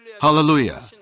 Hallelujah